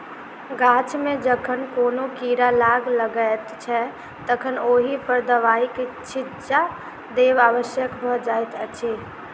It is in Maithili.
गाछ मे जखन कोनो कीड़ा लाग लगैत छै तखन ओहि पर दबाइक छिच्चा देब आवश्यक भ जाइत अछि